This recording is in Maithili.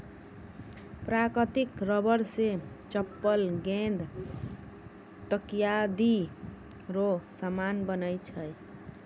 प्राकृतिक रबर से चप्पल गेंद तकयादी रो समान बनै छै